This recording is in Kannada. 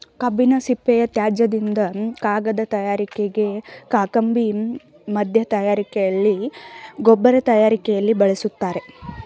ಕಬ್ಬಿನ ಸಿಪ್ಪೆಯ ತ್ಯಾಜ್ಯದಿಂದ ಕಾಗದ ತಯಾರಿಕೆಗೆ, ಕಾಕಂಬಿ ಮಧ್ಯ ತಯಾರಿಕೆಯಲ್ಲಿ, ಗೊಬ್ಬರ ತಯಾರಿಕೆಯಲ್ಲಿ ಬಳಸಿಕೊಳ್ಳುತ್ತಾರೆ